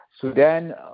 Sudan